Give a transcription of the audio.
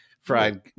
fried